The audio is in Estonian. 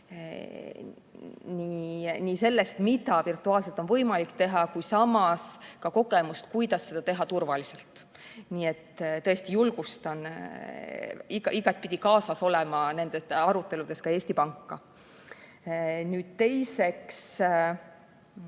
sellest, mida virtuaalselt on võimalik teha, kui samas ka kogemust, kuidas seda teha turvaliselt. Nii et tõesti julgustan igatpidi kaasas olema nendes aruteludes ka Eesti Panka. Nüüd teiseks.